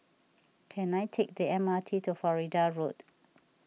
can I take the M R T to Florida Road